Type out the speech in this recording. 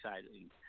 exciting